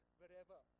wherever